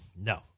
No